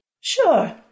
Sure